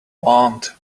want